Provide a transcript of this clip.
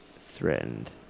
threatened